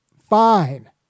fine